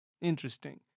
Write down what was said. Interesting